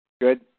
Good